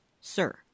sir